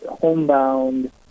homebound